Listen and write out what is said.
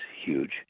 huge